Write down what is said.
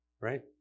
right